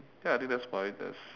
ya I think that's fine that's